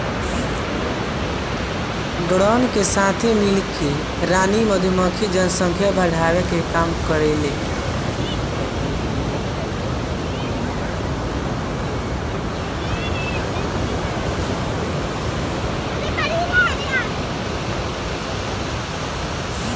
drone के साथे मिल के रानी मधुमक्खी जनसंख्या बढ़ावे के काम करेले